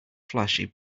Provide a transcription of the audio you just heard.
flashy